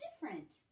different